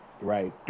right